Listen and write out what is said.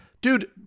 Dude